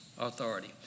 authority